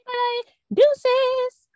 deuces